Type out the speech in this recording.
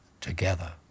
together